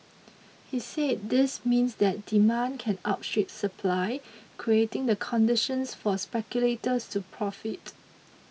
he said this means that demand can outstrip supply creating the conditions for speculators to profit